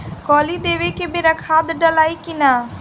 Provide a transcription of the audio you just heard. कली देवे के बेरा खाद डालाई कि न?